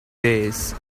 days